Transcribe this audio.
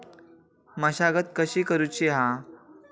मशागत कशी करूची हा?